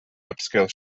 upscale